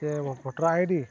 ᱥᱮ voter ID